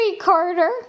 Carter